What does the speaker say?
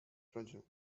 treasure